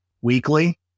weekly